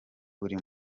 buri